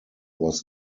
was